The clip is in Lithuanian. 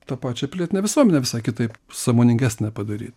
ta pačią pilietinę visuomenę visai kitaip sąmoningesnę padaryt